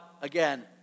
again